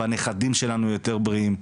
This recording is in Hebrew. והנכדים שלנו יותר בריאים.